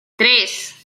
tres